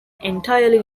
entirely